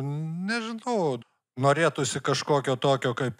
nežinau norėtųsi kažkokio tokio kaip